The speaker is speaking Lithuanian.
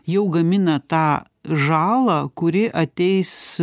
jau gamina tą žalą kuri ateis